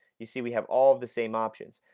you see we have all of the same options.